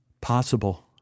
Possible